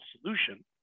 solution